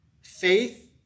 Faith